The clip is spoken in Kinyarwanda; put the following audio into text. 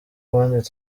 ubundi